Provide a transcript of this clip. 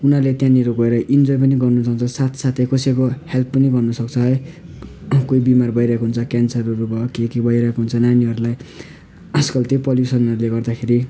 उनीहरूले त्यहाँनिर गएर इन्जोय पनि गर्नसक्छ साथसाथै कसैको हेल्प पनि गर्नुसक्छ है कोही बिमार भइरहेको हुन्छ क्यान्सरहरू भयो के के भइरहेको हुन्छ नानीहरूलाई आजकल त्यो पोल्युसनहरूले गर्दाखेरि